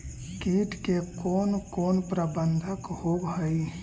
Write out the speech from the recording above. किट के कोन कोन प्रबंधक होब हइ?